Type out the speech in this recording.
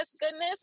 goodness